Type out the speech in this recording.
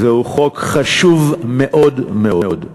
זהו חוק חשוב מאוד מאוד.